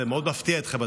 זה מאוד מפתיע אתכם,